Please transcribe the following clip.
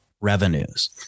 revenues